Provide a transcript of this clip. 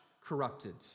corrupted